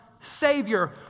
Savior